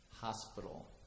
hospital